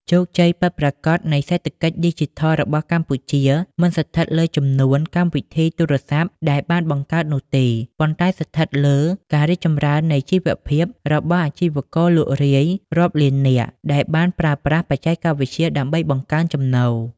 ជោគជ័យពិតប្រាកដនៃសេដ្ឋកិច្ចឌីជីថលរបស់កម្ពុជា មិនស្ថិតលើចំនួនកម្មវិធីទូរស័ព្ទដែលបានបង្កើតនោះទេ ប៉ុន្តែស្ថិតលើ "ការរីកចម្រើននៃជីវភាព" របស់អាជីវករលក់រាយរាប់លាននាក់ ដែលបានប្រើប្រាស់បច្ចេកវិទ្យាដើម្បីបង្កើនចំណូល។